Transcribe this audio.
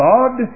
God